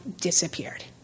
disappeared